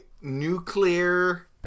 nuclear